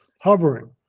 hovering